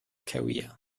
career